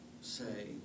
say